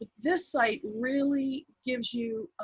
ah this site really gives you